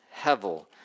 hevel